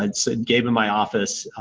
and so gave them my office.